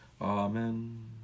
Amen